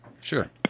Sure